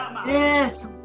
yes